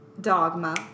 dogma